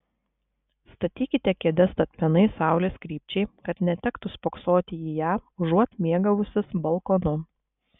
statykite kėdes statmenai saulės krypčiai kad netektų spoksoti į ją užuot mėgavusis balkonu